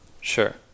Sure